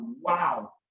wow